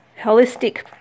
holistic